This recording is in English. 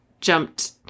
jumped